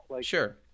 Sure